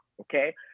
okay